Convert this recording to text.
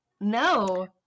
No